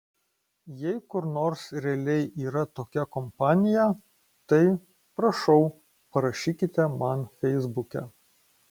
jei kur nors realiai yra tokia kompanija tai prašau parašykite man feisbuke